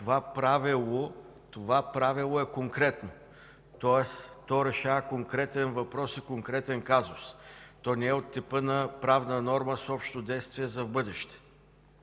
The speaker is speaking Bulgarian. Това правило е конкретно. Тоест то решава конкретен въпрос и конкретен казус. То не е от типа на правна норма с общо действие за в бъдеще.